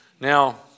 Now